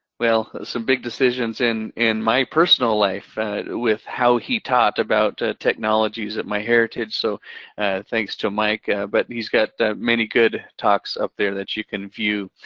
well, some big decisions in in my personal life with how he taught about technologies at myheritage. so thanks to mike, but he's got many good talks up there that you can view.